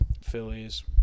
Phillies